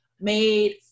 made